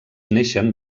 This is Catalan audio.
neixen